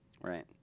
Right